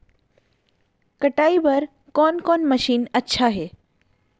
कटाई बर कोन कोन मशीन अच्छा हे?